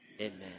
Amen